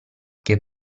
che